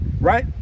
right